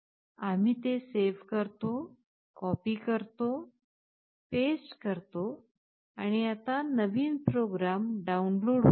आम्ही ते सेव्ह करतो कॉपी करतो पेस्ट करतो आणि आता नवीन प्रोग्राम डाऊनलोड होत आहे